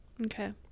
Okay